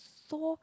so